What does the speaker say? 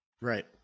right